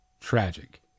tragic